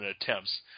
attempts